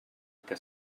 que